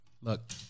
look